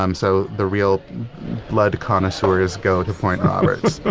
um so the real blood connoisseurs go to point roberts but